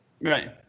Right